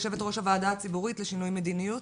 יושבת ראש הוועדה הציבורית לשינוי מדיניות,